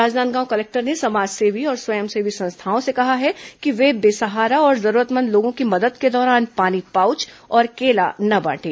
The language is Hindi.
राजनांदगांव कलेक्टर ने समाज सेवी और स्वयंसेवी संस्थाओं से कहा है कि वे बेसहारा और जरूरतमंद लोगों की मदद के दौरान पानी पाउच और केला न बांटे